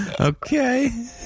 Okay